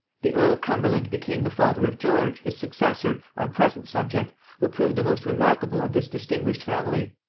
the earl of cumberland became the father of george, his successor, our present subject, who proved the most remarkable of this distinguished family.